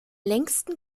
längsten